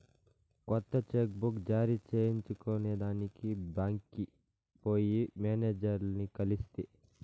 కొత్త cheque book జారీ చేయించుకొనేదానికి బాంక్కి పోయి మేనేజర్లని కలిస్తి